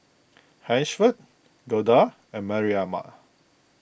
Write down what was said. Hansford Golda and Mariam